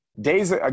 Days